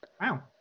wow